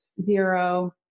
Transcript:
zero